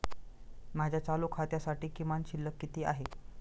माझ्या चालू खात्यासाठी किमान शिल्लक किती आहे?